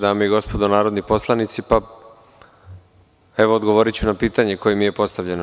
Dame i gospodo narodni poslanici, evo odgovoriću na pitanje koje mi je postavljeno.